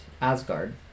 Asgard